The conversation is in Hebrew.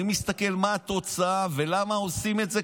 אני מסתכל מה התוצאה ולמה עושים את זה,